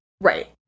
right